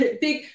big